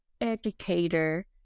educator